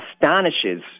astonishes